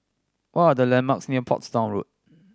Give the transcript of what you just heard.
what are the landmarks near Portsdown Road